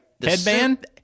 Headband